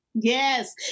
Yes